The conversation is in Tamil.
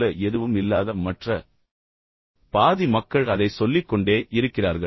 சொல்ல எதுவும் இல்லாத மற்ற பாதி மக்கள் அதைச் சொல்லிக்கொண்டே இருக்கிறார்கள்